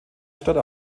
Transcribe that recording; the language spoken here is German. statt